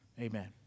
amen